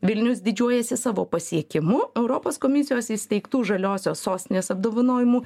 vilnius didžiuojasi savo pasiekimu europos komisijos įsteigtų žaliosios sostinės apdovanojimų